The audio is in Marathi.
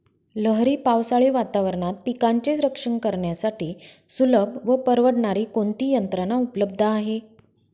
लहरी पावसाळी वातावरणात पिकांचे रक्षण करण्यासाठी सुलभ व परवडणारी कोणती यंत्रणा उपलब्ध आहे?